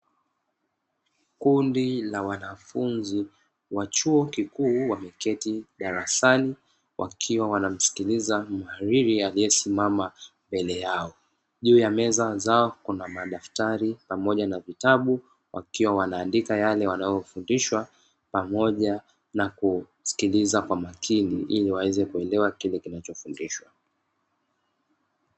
Kundi la wanafunzi wa chuo kikuu wameketi darasani wakiwa wanamsikiliza mhariri aliyesimama mbele yao. Juu ya meza zao kuna madaftari pamoja na vitabu wakiwa waandika yele wanayofundishwa pamoja na kusikiliza kwa makini ili waweze kuelewa kile kinachofundishwa.